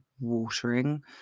watering